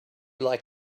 like